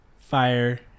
fire